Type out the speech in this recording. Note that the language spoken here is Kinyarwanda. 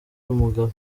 umugabo